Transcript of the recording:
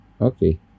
okay